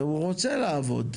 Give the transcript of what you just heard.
והוא רוצה לעבוד.